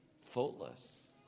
faultless